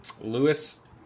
Lewis